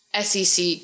SEC